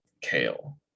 kale